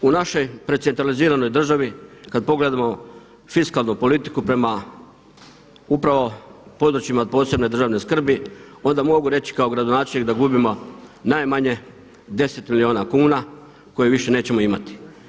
U našoj precentraliziranoj državi kad pogledamo fiskalnu politiku prema upravo područjima od posebne državne skrbi onda mogu reći kao gradonačelnik da gubimo najmanje 10 milijuna kuna koje više nećemo imati.